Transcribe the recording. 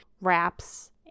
wraps